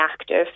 active